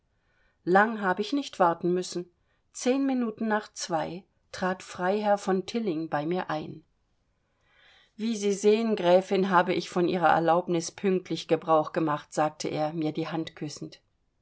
lang habe ich nicht warten müssen zehn minuten nach zwei trat freiherr von tilling bei mir ein wie sie sehen gräfin habe ich von ihrer erlaubnis pünktlich gebrauch gemacht sagte er mir die hand küssend